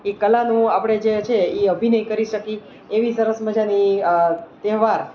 એ કલાનું આપણે જે છે એ અભિનય કરી શકી એવી સરસ મજાની તહેવાર